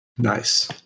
Nice